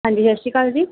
ਹਾਂਜੀ ਸਤਿ ਸ਼੍ਰੀ ਅਕਾਲ ਜੀ